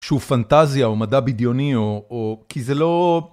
שהוא פנטזיה או מדע בדיוני או... כי זה לא...